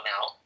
now